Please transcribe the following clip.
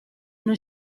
non